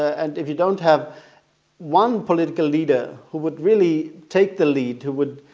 and if you don't have one political leader who would really take the lead, who would,